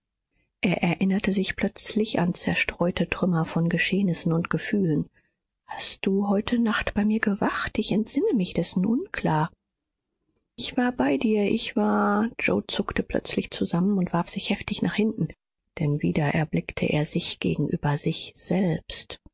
er erinnerte sich plötzlich an zerstreute trümmer von geschehnissen und gefühlen hast du heute nacht bei mir gewacht ich entsinne mich dessen unklar ich war bei dir ich war yoe zuckte plötzlich zusammen und warf sich heftig nach hinten denn wieder erblickte er sich gegenüber sich selbst